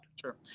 Sure